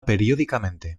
periódicamente